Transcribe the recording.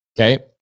Okay